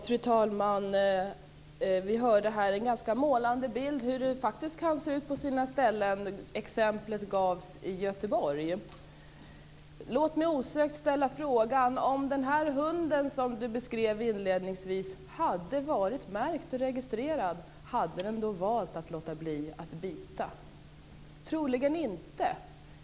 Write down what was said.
Fru talman! Vi fick här en målande bild av hur det faktiskt kan se ut på sina håll. Exemplet kom från Då vill jag osökt ställa en fråga. Om den hund, som Ann-Kristine Johansson beskrev inledningsvis, hade varit märkt och registrerad, hade den då valt att låta bli att bita? Troligen inte.